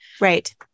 right